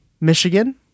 Michigan